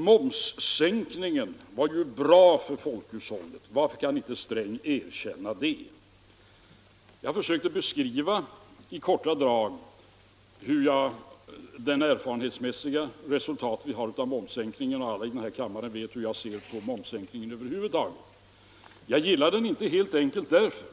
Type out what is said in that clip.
Momssänkningen var ju bra för folkhushållet, har det sagts, och man har frågat: Varför kan inte Sträng erkänna det? Jag försökte i korta drag beskriva de erfarenheter vi har fått av momssänkningen, och alla här i kammaren vet hur jag ser på momssänkningen över huvud taget. Jag gillar den inte, helt enkelt därför